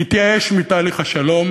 להתייאש מתהליך השלום,